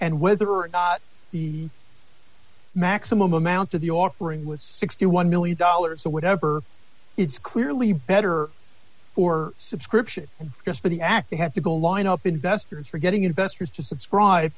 and whether or not the maximum amount of the offering was sixty one million dollars so whatever it's clearly better for subscription and just for the act they had to go line up investors for getting investors to subscribe